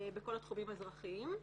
בכל התחומים האזרחיים.